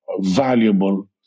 valuable